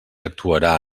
actuarà